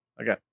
Okay